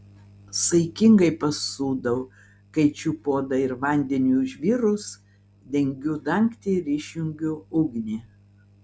saikingai pasūdau kaičiu puodą ir vandeniui užvirus dengiu dangtį ir išjungiu ugnį